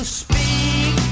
speak